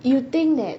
you think that